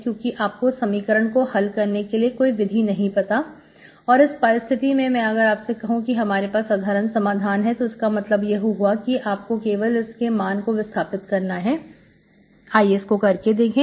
क्योंकि आपको समीकरण को हल करने के लिए कोई विधि नहीं पता है और इस परिस्थिति में अगर मैं आपसे कहूं कि हमारे पास साधारण समाधान है तो इसका मतलब यह हुआ कि आपको केवल इसके मान को विस्थापित करना है आइए इसको करके देखें